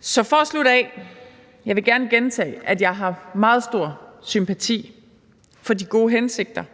Så for at slutte af vil jeg gerne gentage, at jeg har meget stor sympati for de gode hensigter og